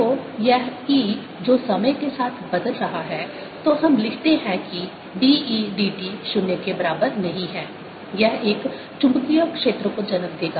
तो यह E जो समय के साथ बदल रहा है तो हम लिखते हैं कि d E d t 0 के बराबर नहीं है यह एक चुंबकीय क्षेत्र को जन्म देगा